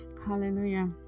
Hallelujah